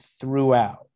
throughout